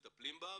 מטפלים בה,